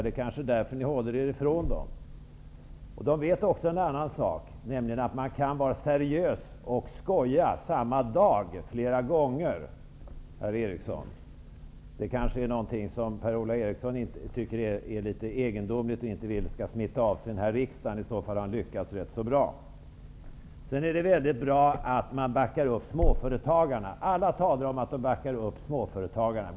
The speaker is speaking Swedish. Det kanske är därför ni håller er ifrån dem. De vet också att man kan vara seriös och skoja samma dag, flera gånger. Det kanske är något som Per-Ola Eriksson tycker är litet egendomligt och som han inte vill skall smitta av sig i riksdagen; i så fall har han lyckats ganska bra. Det är bra att man backar upp småföretagarna. Alla talar om att man backar upp småföretagarna.